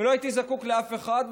ולא הייתי זקוק לאף אחד,